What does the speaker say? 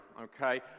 okay